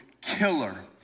killer